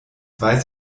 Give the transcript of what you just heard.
weiß